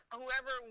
whoever